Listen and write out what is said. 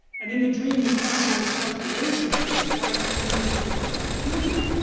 and in the dream, the category structure loosens, which is why dreams are so peculiar.